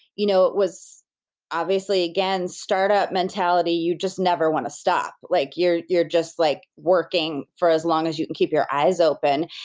you know it was obviously, again, startup mentality, you just never want to stop like you're just like working for as long as you can keep your eyes open,